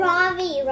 Ravi